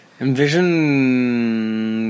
Envision